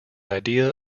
idea